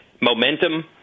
momentum